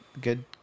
good